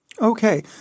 Okay